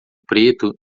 preto